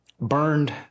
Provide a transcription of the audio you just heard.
burned